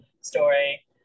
story